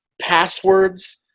Passwords